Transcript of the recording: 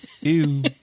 Ew